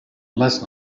last